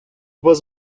was